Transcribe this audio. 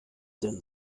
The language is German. denn